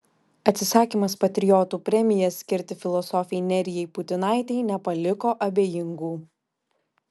atsisakymas patriotų premiją skirti filosofei nerijai putinaitei nepaliko abejingų